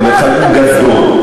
המרחק הוא גדול.